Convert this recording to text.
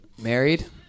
Married